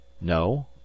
No